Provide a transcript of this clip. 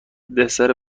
دسر